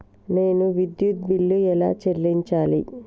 నేను విద్యుత్ బిల్లు ఎలా చెల్లించాలి?